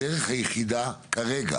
אתה מוריד נתח מכאן ונתח מכאן.